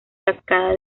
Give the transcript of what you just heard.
cascada